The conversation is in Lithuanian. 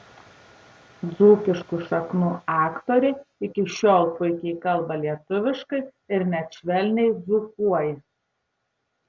dzūkiškų šaknų aktorė iki šiol puikiai kalba lietuviškai ir net švelniai dzūkuoja